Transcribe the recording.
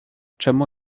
czemu